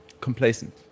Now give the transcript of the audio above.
complacent